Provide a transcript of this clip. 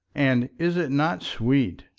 and is it not sweet?